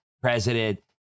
president